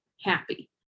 happy